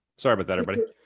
sorry about that, everybody.